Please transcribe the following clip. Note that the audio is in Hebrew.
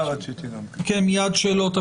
שאלות,